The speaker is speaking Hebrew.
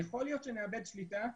יכול להיות שנאבד שליטה,